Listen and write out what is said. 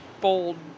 bold